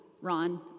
Ron